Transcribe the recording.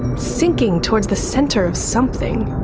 sinking towards the centre of something.